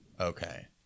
Okay